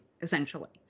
essentially